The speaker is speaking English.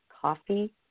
Coffee